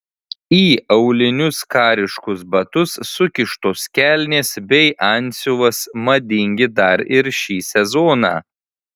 į aulinius kariškus batus sukištos kelnės bei antsiuvas madingi dar ir šį sezoną